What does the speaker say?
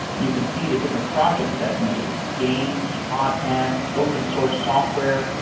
you can see the different projects i've made games, podcasts, open source software.